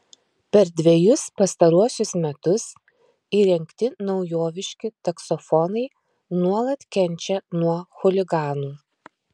per dvejus pastaruosius metus įrengti naujoviški taksofonai nuolat kenčia nuo chuliganų